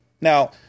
Now